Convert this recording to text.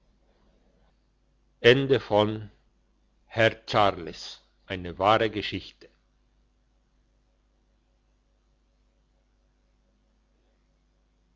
herr charles eine wahre geschichte